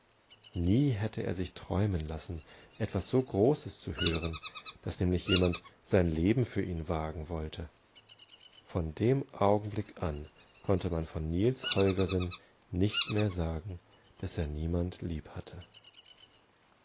nie hatte er sich träumen lassen etwas so großes zu hören daß nämlich jemand sein leben für ihn wagen wollte von dem augenblick ankonnte man von niels holgersen nicht mehr sagen daß er niemand lieb hatte